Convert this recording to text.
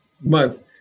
month